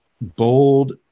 bold